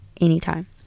anytime